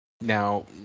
Now